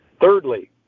Thirdly